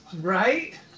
Right